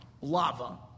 lava